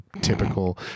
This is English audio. typical